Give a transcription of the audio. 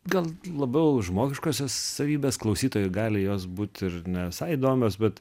gal labiau žmogiškosios savybės klausytojui gali jos būt ir ne visai įdomios bet